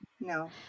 No